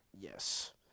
Yes